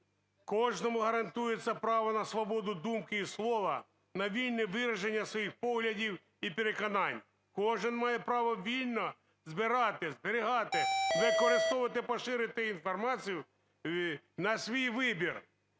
"Кожному гарантується право на свободу думки і слова, на вільне вираження своїх поглядів і переконань. Кожен має право вільно збирати, зберігати, використовувати, поширювати інформацію на свій вибір".